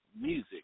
music